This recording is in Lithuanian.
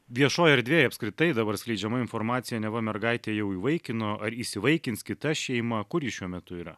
viešoj erdvėj apskritai dabar skleidžiama informacija neva mergaitę jau įvaikino ar įsivaikins kita šeima kur ji šiuo metu yra